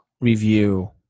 review